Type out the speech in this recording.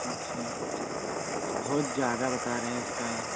अच्छा बहुत ज़्यादा बता रहे हैं इसका